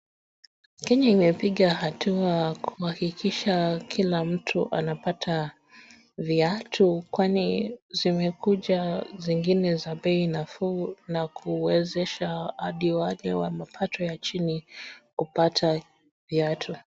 Kenya imepiga hatua kuhakikisha kila mtu anapata viatu kwani zimekuja zingine za bei nafuu na kuwezesha hadi wale wa mapato ya chini kupata viatu.